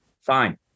fine